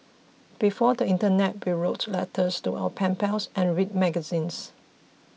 before the internet we wrote letters to our pen pals and read magazines